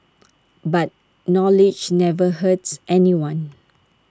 but knowledge never hurts anyone